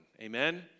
Amen